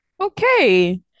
Okay